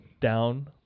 down